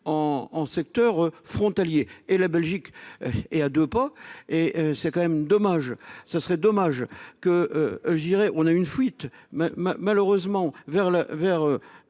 en secteur frontalier et la Belgique et à deux pas et c'est quand même dommage, ça serait dommage que je dirais, on a eu une fuite ma ma malheureusement vers